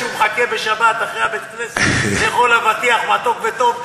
כשהוא מחכה בשבת אחרי בית-הכנסת לאכול אבטיח מתוק וטוב,